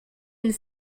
une